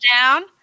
down